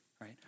right